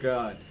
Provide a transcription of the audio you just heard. God